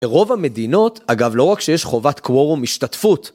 רוב המדינות, אגב לא רק שיש חובת קוורום השתתפות.